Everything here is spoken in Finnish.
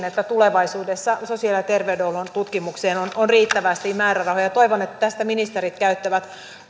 että tulevaisuudessa sosiaali ja terveydenhuollon tutkimukseen on on riittävästi määrärahoja toivon että tästä ministerit käyttävät